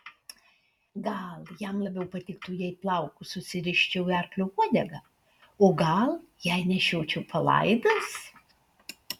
gal jam labiau patiktų jei plaukus susiriščiau į arklio uodegą o gal jei nešiočiau palaidus